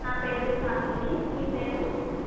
నా పేరు చాందిని మీ పేరు